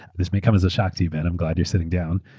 this may come as a shock to you ben. i'm glad you're sitting down.